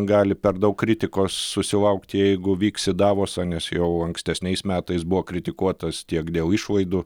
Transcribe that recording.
gali per daug kritikos susilaukti jeigu vyks į davosą nes jau ankstesniais metais buvo kritikuotas tiek dėl išlaidų